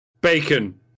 Bacon